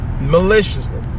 maliciously